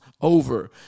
over